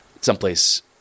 someplace